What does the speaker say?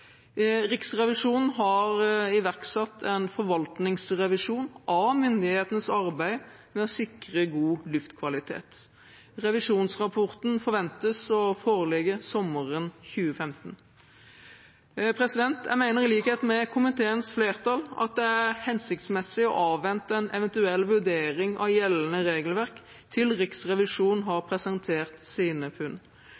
Riksrevisjonen har iverksatt en forvaltningsrevisjon av myndighetenes arbeid med å sikre god luftkvalitet. Revisjonsrapporten forventes å foreligge sommeren 2015. Jeg mener, i likhet med komiteens flertall, at det er hensiktsmessig å avvente en eventuell vurdering av gjeldende regelverk til Riksrevisjonen har presentert sine funn.